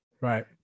right